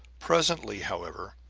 presently, however,